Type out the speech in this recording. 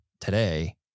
today